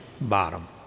bottom